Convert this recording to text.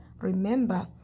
remember